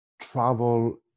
travel